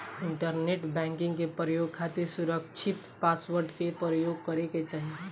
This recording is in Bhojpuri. इंटरनेट बैंकिंग के प्रयोग खातिर सुरकछित पासवर्ड के परयोग करे के चाही